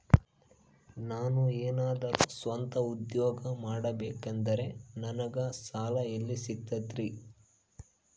ನಾನು ಏನಾದರೂ ಸ್ವಂತ ಉದ್ಯೋಗ ಮಾಡಬೇಕಂದರೆ ನನಗ ಸಾಲ ಎಲ್ಲಿ ಸಿಗ್ತದರಿ?